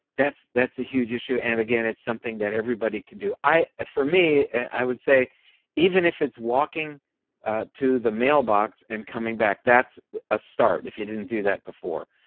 that's that's a huge issue. and again, it's something that everybody can do for me, i would say even if it's walking to the mailbox and coming back, that's a start if you didn't do that before.